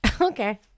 Okay